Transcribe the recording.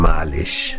Malish